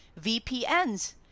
VPNs